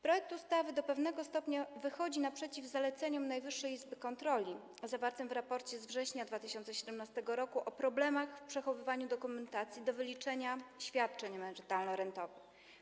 Projekt ustawy do pewnego stopnia wychodzi naprzeciw zaleceniom Najwyższej Izby Kontroli zawartym w raporcie z września 2017 r. o problemach związanych z przechowywaniem dokumentacji do wyliczania świadczeń emerytalno-rentowych.